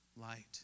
light